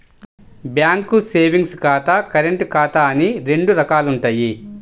bank savings ఖాతా, current ఖాతా అని రెండు రకాలుంటయ్యి